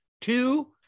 two